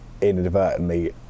inadvertently